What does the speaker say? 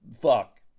fuck